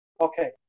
Okay